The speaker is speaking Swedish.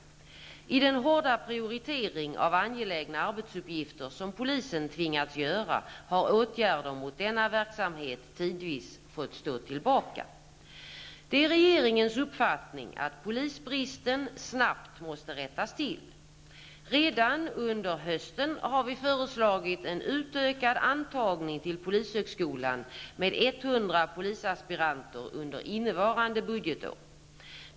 I den hårda prioritering av angelägna arbetsuppgifter som polisen tvingats göra, har åtgärder mot denna verksamhet tidvis fått stå tillbaka. Det är regeringens uppfattning att polisbristen snabbt måste rättas till. Redan under hösten har vi föreslagit en utökad antagning till polishögskolan med 100 polisaspiranter under innevarande budgetår.